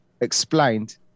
explained